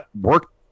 work